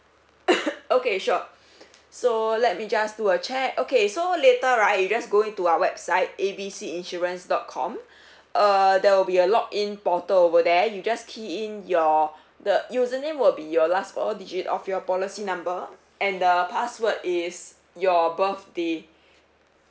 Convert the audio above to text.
okay sure so let me just do a check okay so later right you just go into our website A B C insurance dot com uh there will be a log in portal over there you just key in your the username will be your last four digit of your policy number and the password is your birthday